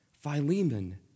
Philemon